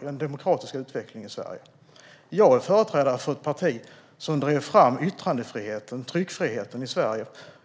den demokratiska utvecklingen i Sverige. Jag är företrädare för ett parti som drev fram yttrandefriheten och tryckfriheten i Sverige.